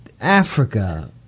Africa